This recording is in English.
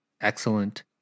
excellent